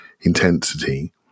Intensity